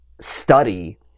study